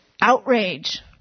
Outrage